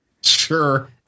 Sure